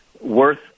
worth